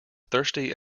thirsty